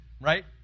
right